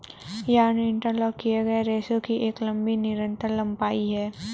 yarn interlock किए गए रेशों की एक लंबी निरंतर लंबाई है